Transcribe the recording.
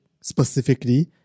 specifically